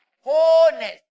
Wholeness